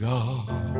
God